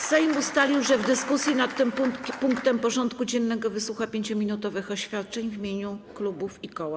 Sejm ustalił, że w dyskusji nad tym punktem porządku dziennego wysłucha 5-minutowych oświadczeń w imieniu klubów i koła.